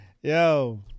Yo